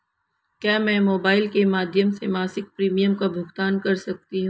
क्या मैं मोबाइल के माध्यम से मासिक प्रिमियम का भुगतान कर सकती हूँ?